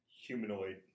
humanoid